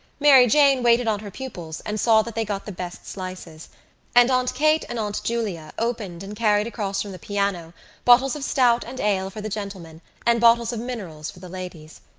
mary jane waited on her pupils and saw that they got the best slices and aunt kate and aunt julia opened and carried across from the piano bottles of stout and ale for the gentlemen and bottles of minerals for the ladies.